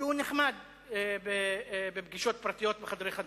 שהוא נחמד בפגישות פרטיות, בחדרי חדרים.